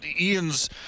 Ian's